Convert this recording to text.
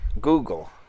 Google